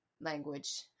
language